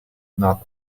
not